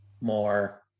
more